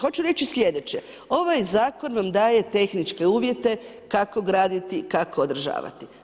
Hoću reći sljedeće, ovaj zakon vam daje tehničke uvjete kako graditi, kako održavati.